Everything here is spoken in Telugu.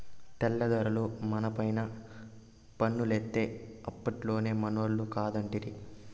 తెల్ల దొరలు మనపైన పన్నులేత్తే అప్పట్లోనే మనోళ్లు కాదంటిరి